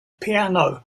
piano